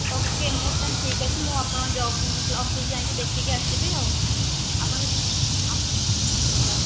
ଓ କେ ମୁଁ ତା'ହେଲେ ଠିକ୍ ଅଛି ମୁଁ ଆପଣଙ୍କ ଜବ୍ ଅଫିସ୍ ଯାଇକି ଦେଖିକି ଆସିବି ଆଉ ଆପଣ ଆଚ୍ଛା